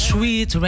Sweet